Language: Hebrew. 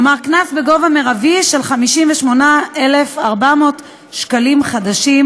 כלומר קנס בגובה מרבי של 58,400 שקלים חדשים,